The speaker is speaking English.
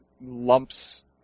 lumps